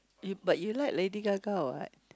you but you like Lady-Gaga what